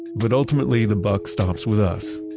but ultimately the buck stops with us,